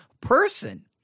person